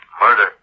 Murder